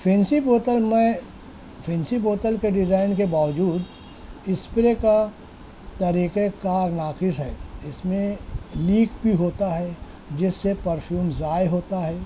fancy بوتل میں fancy بوتل کے ڈیزائن کے باوجود اسپرے کا طریقہ کار نافذ ہے اس میں لیک بھی ہوتا ہے جس سے پرفیوم ضائع ہوتا ہے